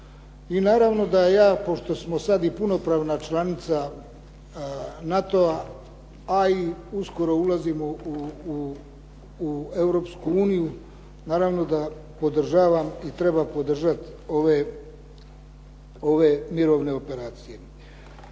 i naravno da ja, pošto smo sad i punopravna članica NATO-a a i uskoro ulazimo u Europsku uniju naravno da podržavam i treba podržati ove mirovne operacije.